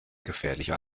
gefährlicher